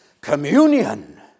Communion